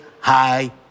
high